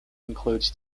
includes